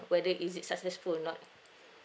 whether is it successful or not